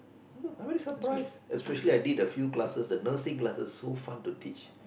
i'm very surprised especially I did a few classes the nursing classes so fun to teach